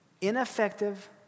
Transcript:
ineffective